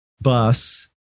bus